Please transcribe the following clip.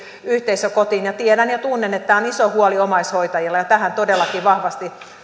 yhteisökotiin tiedän ja ja tunnen että tämä on iso huoli omaishoitajilla ja tähän todellakin vahvasti